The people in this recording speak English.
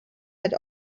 had